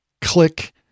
click